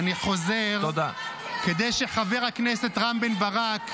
אני חוזר ------ יסמין פרידמן (יש עתיד):